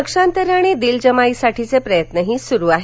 पक्षांतरं आणि दिलजमाइसाठीचे प्रयत्नही सुरूघ आहेत